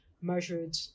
measured